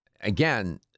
again